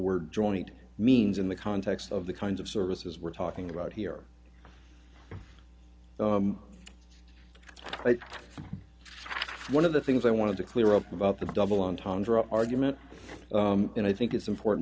word joint means in the context of the kinds of services we're talking about here one of the things i wanted to clear up about the double entendre argument and i think it's important